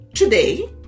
Today